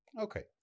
Okay